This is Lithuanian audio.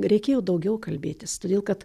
reikėjo daugiau kalbėtis todėl kad